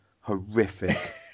horrific